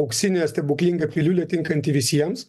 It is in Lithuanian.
auksinė stebuklinga piliulė tinkanti visiems